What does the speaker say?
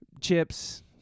chips